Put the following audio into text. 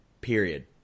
period